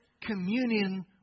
communion